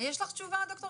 יש לך תשובה, ד"ר חבקין?